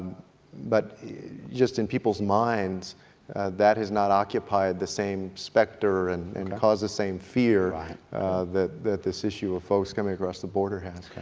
but just in people's minds that has not occupied the same specter and and caused the same fear that that this issue of folks coming across the border has.